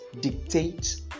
dictate